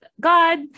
God